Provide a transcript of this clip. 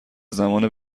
زمان